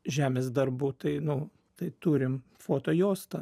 žemės darbų tai nu tai turim fotojuostą